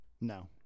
No